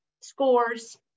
scores